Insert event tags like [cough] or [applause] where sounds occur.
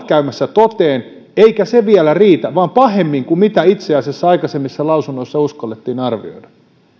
[unintelligible] käymässä toteen eikä se vielä riitä vaan ne ovat käymässä toteen pahemmin kuin mitä itse asiassa aikaisemmissa lausunnoissa uskallettiin arvioida